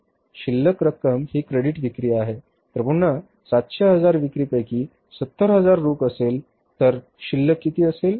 शिल्लक रक्कम ही क्रेडिट विक्री आहे तर पुन्हा 700 हजार विक्री पैकी 70 हजार रोख असेल तर शिल्लक किती असेल